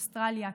אוסטרליה,